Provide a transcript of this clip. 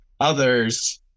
others